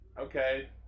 Okay